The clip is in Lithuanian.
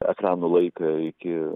ekranų laiką iki